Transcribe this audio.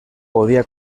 podía